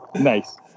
Nice